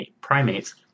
primates